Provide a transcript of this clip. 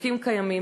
החוקים קיימים,